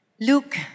Luke